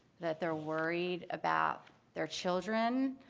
that they're worried about their children,